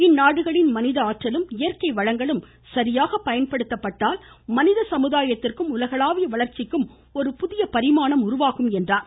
இந்நாடுகளின் மனித இயற்கை வளங்களும் ஆற்றலும் சரியாக பயன்படுத்தப்பட்டால் மனித சமுதாயத்திற்கும் உலகளாவிய வளர்ச்சிக்கும் ஒரு புதிய பரிமாணம் உருவாகும் என்றார்